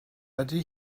ydy